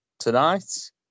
tonight